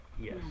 Yes